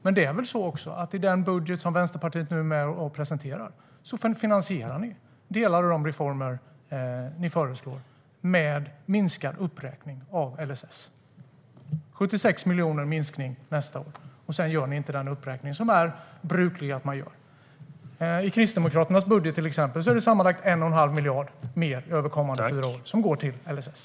Men i den budget som Vänsterpartiet nu är med och presenterar finansierar ni delar av de reformer ni föreslår med minskad uppräkning av LSS. Det blir en minskning med 76 miljoner nästa år, och sedan gör ni inte den uppräkning som är bruklig. I Kristdemokraternas budget är det sammanlagt 1 1⁄2 miljard mer över de kommande fyra åren som går till LSS.